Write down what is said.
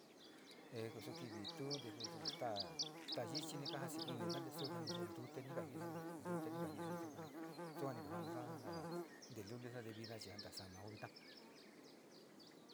E ko su kivi tu nte su stáá, staa yichi ni kojasinisa nteseo ja ni jo ntute, ja ni kajisa ni ntute ni kajisa sua ni kaja'anusa ja te lulisa te vina chi anto saama uu vita.